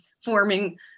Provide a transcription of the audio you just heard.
forming